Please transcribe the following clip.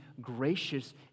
gracious